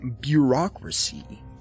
bureaucracy